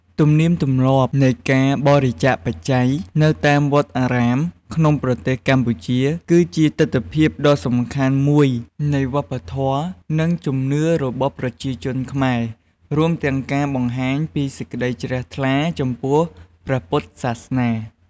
ទំនៀមទម្លាប់នៃការបរិច្ចាគបច្ច័យនៅតាមវត្តអារាមក្នុងប្រទេសកម្ពុជា គឺជាទិដ្ឋភាពដ៏សំខាន់មួយនៃវប្បធម៌ និងជំនឿរបស់ប្រជាជនខ្មែរ រួមទាំងការបង្ហាញពីសេចក្តីជ្រះថ្លាចំពោះព្រះពុទ្ធសាសនា។